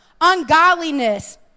ungodliness